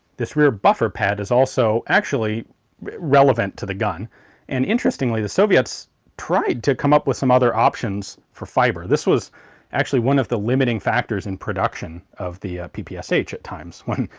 this rear buffer pad is also actually relevant to the gun and interestingly, the soviets tried to come up with some other options for fiber. this was actually one of the limiting factors in production of the ppsh so at at times when.